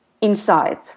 inside